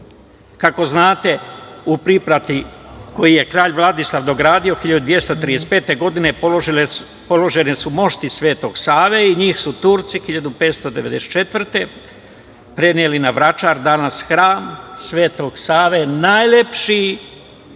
Kako znate, u priprati koju je kralj Vladislav dogradio 1235. godine, položene su mošti Sv. Save i njih su Turci 1594. godine preneli na Vračar, danas Hram Sv. Save, najlepši